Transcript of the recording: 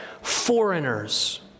Foreigners